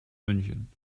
münchen